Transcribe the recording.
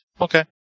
Okay